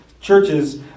Churches